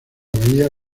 bahía